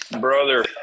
Brother